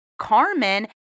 Carmen